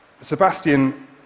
Sebastian